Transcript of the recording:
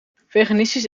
veganistisch